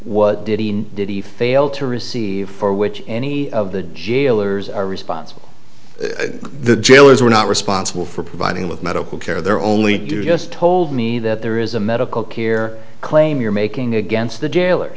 what did he need did he fail to receive for which any of the jailers are responsible for the jailers were not responsible for providing him with medical care there only do just told me that there is a medical care claim you're making against the jailers